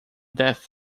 death